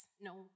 no